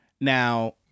Now